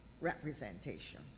representation